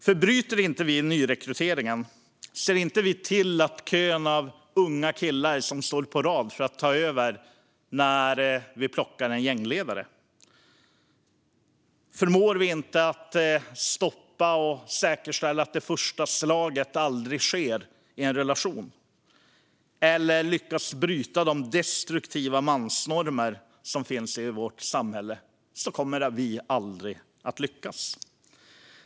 Om vi inte bryter nyrekryteringen från kön av unga killar som står på rad för att ta över när vi plockar en gängledare, om vi inte förmår att säkerställa att det första slaget aldrig sker i en relation eller inte lyckas bryta de destruktiva mansnormer som finns i vårt samhälle kommer vi aldrig att lyckas.